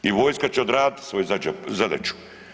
I vojska će odraditi svoju zadaću.